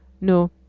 No